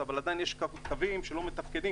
אבל עדיין יש קווים שלא מתפקדים,